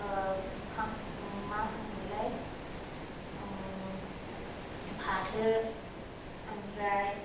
मा होनोमोनलाय फाथो ओमफ्राय